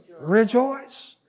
rejoice